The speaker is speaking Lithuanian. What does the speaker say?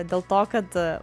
dėl to kad